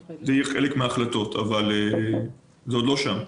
אבל אנחנו עוד לא שם.